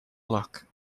look